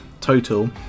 total